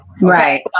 Right